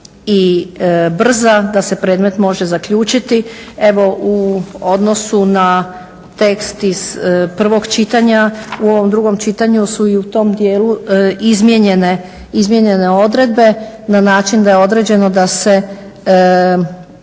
i brza da se predmet može zaključiti. Evo u odnosu na tekst iz prvog čitanja u ovom drugom čitanju su i u tom djelu izmijenjene odredbe na način da je određeno da se